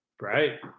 Right